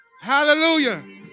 Hallelujah